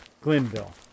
Glenville